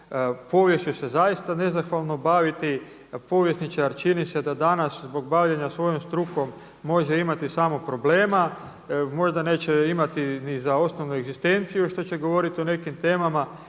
bavljenja svojom strukom može imati samo problema, možda neće imati ni za osnovnu egzistenciju što će govoriti o nekim temama.